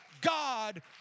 God